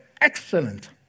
excellent